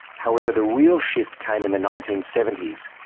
however the real shift came in the nineteen seventy s,